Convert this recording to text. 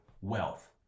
wealth